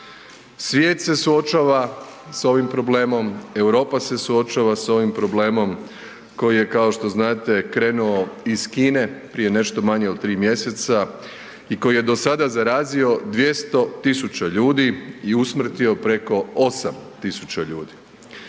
Svijet se suočava s ovim problemom, Europa se suočava s ovim problemom koji je kao što znate krenuo iz Kine prije nešto manje od 3 mjeseca i koji je do sada zarazio 200.000 ljudi i usmrtio preko 8.000 ljudi.